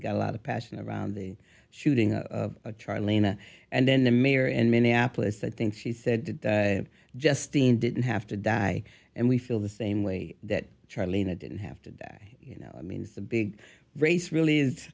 got a lot of passion around the shooting of try lena and then the mayor in minneapolis i think she said justin didn't have to die and we feel the same way that charlie and i didn't have to die you know i mean it's a big race really is